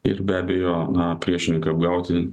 ir be abejo na priešininką apgauti